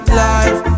life